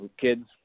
kids